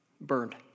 Burned